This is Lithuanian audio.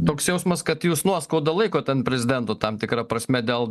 toks jausmas kad jūs nuoskaudą laikot ten prezidentui tam tikra prasme dėl